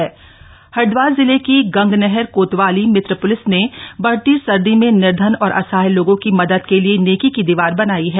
नेकी की दीवार हरिद्वार जिले की गंगनहर कोतवाली मित्र पुलिस ने बढ़ती सर्दी में निर्धन और असहाय लोगों की मदद के लिए नेकी की दीवार बनाई है